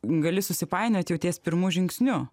gali susipainioti jau ties pirmu žingsniu